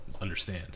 understand